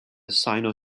sino